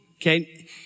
okay